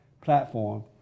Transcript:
platform